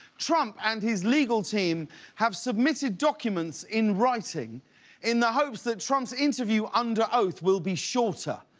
trump and his legal team have submitted documents in writing in the hopes that trump's interview under oath will be shorter